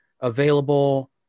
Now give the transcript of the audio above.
available